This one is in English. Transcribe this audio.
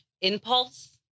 impulse